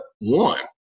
One